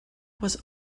was